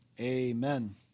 Amen